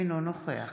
אינו נוכח